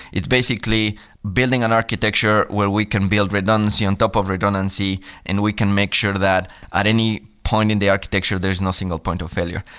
it's basically building an architecture where we can build redundancy on top of redundancy and we can make sure that at any point in the architecture, there's no single point of failure.